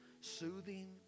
Soothing